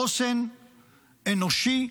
חוסן אנושי,